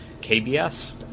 KBS